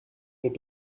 wohl